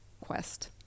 quest